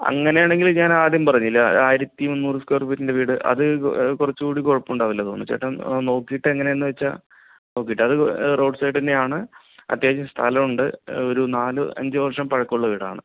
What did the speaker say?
അങ്ങനെയാണെങ്കിൽ ഞാനാദ്യം പറഞ്ഞില്ലേ ആയിരത്തി മുന്നൂറ് സ്കൊയർ ഫീറ്റിൻ്റെ വീട് അത് കുറച്ചുകൂടി കുഴപ്പം ഉണ്ടാവില്ലെന്ന് തോന്നുന്നു ചേട്ടൻ നോക്കിയിട്ട് എങ്ങനെയെന്നു വച്ചാൽ നോക്കിയിട്ട് അതു റോഡ് സൈഡ് തന്നെയാണ് അത്യാവശ്യം സ്ഥലമുണ്ട് ഒരു നാല് അഞ്ചു വർഷം പഴക്കമുള്ള വീടാണ്